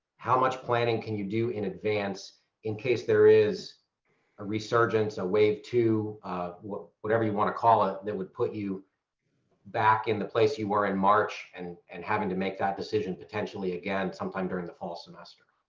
how much planning can you do in advance in case there is a resurgence, a way to whatever you want to call it that would put you back in the place you were in march and and having to make that decision potentially again sometime during the fall semester?